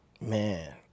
man